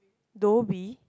Dhoby